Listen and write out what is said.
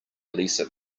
lisa